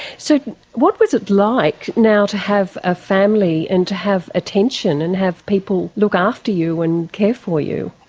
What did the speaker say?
so what was it like, now to have a family and to have attention and have people look after you and care for you?